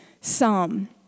psalm